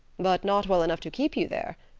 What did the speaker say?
but not well enough to keep you there.